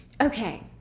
Okay